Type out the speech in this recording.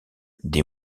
des